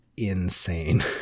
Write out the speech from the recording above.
insane